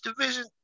division